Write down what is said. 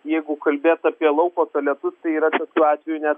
jeigu kalbėt apie lauko tualetus tai yra tokių atvejų net